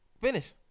Finish